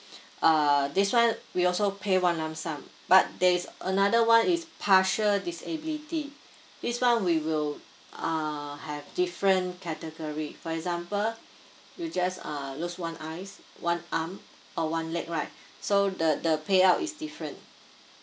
err this one we also pay one lump sum but there is another one is partial disability this one we will uh have different category for example you just err lose one eyes one arm um or one leg right so the the pay out is different